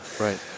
right